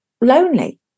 lonely